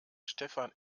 stefan